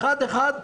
אחד-אחד,